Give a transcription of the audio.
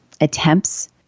attempts